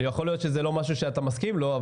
יכול להיות שזה לא משהו שאתה מסכים לו,